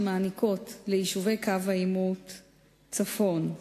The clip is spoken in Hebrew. שמעניקות ליישובי קו העימות צפון,